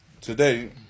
today